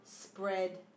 spread